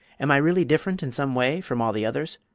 am i really different in some way from all the others?